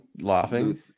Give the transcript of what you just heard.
laughing